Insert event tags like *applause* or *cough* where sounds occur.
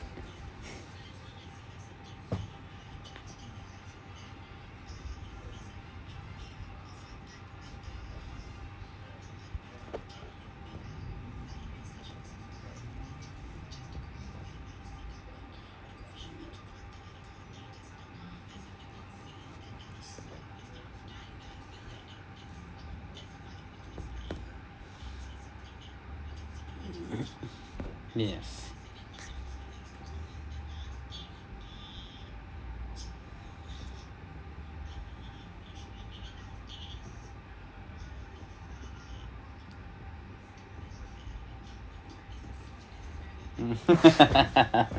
*coughs* yes mm *laughs*